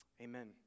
Amen